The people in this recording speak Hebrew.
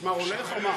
המשמר הולך או מה?